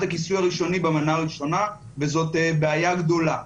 הכיסוי החיסוני במנה הראשונה וזאת בעיה גדולה.